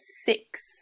six